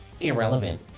irrelevant